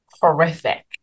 horrific